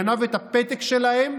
גנב את הפתק שלהם,